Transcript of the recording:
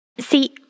See